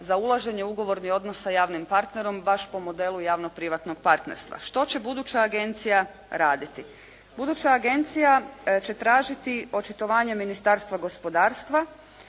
za ulaženje ugovornih odnosa javnim partnerom baš po modelu javno-privatnog partnerstva. Što će buduća agencija raditi? Buduća agencija će tražiti očitovanje Ministarstva gospodarstva